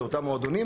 זה אותם המועדונים,